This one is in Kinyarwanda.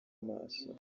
maso